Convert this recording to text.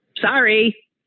Sorry